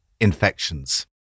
Infections